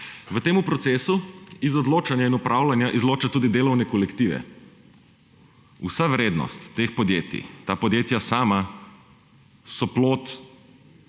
V tem procesu iz odločanja in upravljanja izloča tudi delovne kolektive. Vsa vrednost teh podjetij – ta podjetja sama so plod